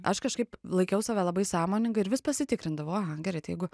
aš kažkaip laikiau save labai sąmoningą ir vis pasitikrindavau aha gerai tai jeigu